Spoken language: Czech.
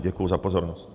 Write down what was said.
Děkuji za pozornost.